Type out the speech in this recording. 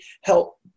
help